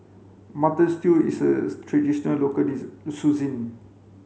mutton stew is a traditional local